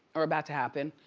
are about to happen,